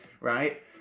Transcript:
right